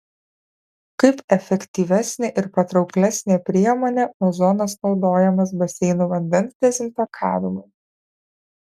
kaip efektyvesnė ir patrauklesnė priemonė ozonas naudojamas baseinų vandens dezinfekavimui